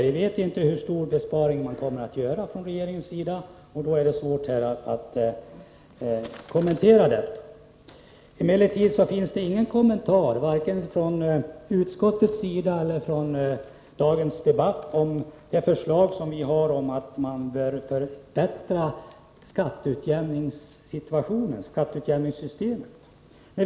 Vi vet inte hur stor besparing regeringen kommer att göra, och då är det svårt att här kommentera saken. Emellertid har det inte gjorts någon kommentar vare sig av utskottet eller i dagens debatt till det förslag som vi har om att man skall förbättra skatteutjämningssystemet.